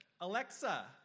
Alexa